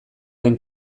den